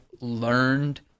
learned